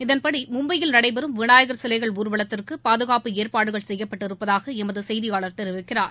இதன்படி மும்பையில் நடைபெறும் விநாயகர் சிலைகள் ஊர்வலத்திற்கு பாதுகாப்பு ஏற்பாடுகள் செய்யப்பட்டிருப்பதாக எமது செய்தியாளர் தொவிக்கிறார்